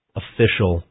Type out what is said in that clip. official